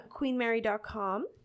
QueenMary.com